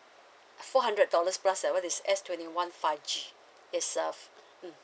four hundred dollars plus that one is S twenty one five G it's a mm